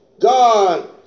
God